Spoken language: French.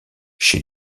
chez